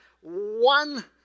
one